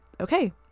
okay